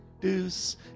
Deuce